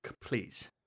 Please